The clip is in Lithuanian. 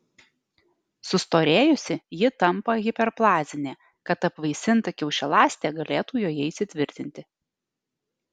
sustorėjusi ji tampa hiperplazinė kad apvaisinta kiaušialąstė galėtų joje įsitvirtinti